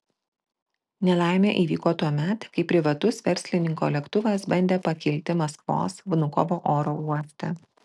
nelaimė įvyko tuomet kai privatus verslininko lėktuvas bandė pakilti maskvos vnukovo oro uoste